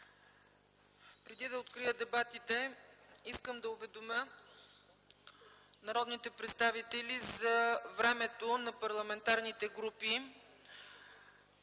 Преди да открия дебатите, искам да уведомя народните представители за времето на парламентарните групи.